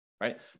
Right